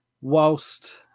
whilst